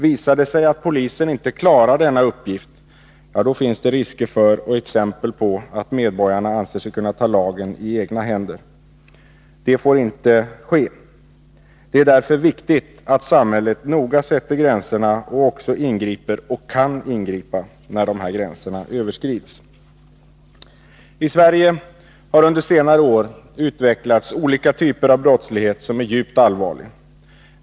Visar det sig att polisen inte klarar denna uppgift, finns det risk för och exempel på att medborgarna anser sig kunna ta lagen i egna händer. Det får inte ske. Det är därför viktigt att samhället noga sätter gränserna och också ingriper — och kan ingripa — när dessa gränser överskrids. I Sverige har under senare år olika typer av brottslighet utvecklats som är djupt allvarlig.